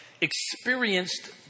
experienced